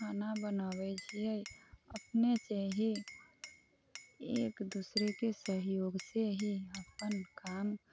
खाना बनाबै छियै अपनेसँ ही एक दूसराके सहयोगसँ ही अपन काम